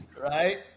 Right